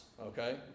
okay